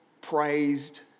praised